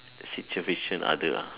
significant other ah